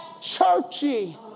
churchy